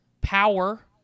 power